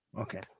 Okay